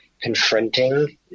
confronting